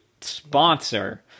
sponsor